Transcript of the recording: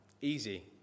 easy